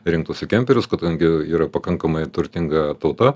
rinktųsi kemperius kadangi yra pakankamai turtinga tauta